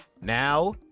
Now